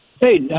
Hey